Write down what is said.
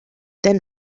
then